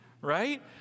right